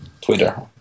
Twitter